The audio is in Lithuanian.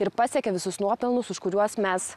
ir pasiekė visus nuopelnus už kuriuos mes